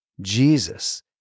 Jesus